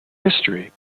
history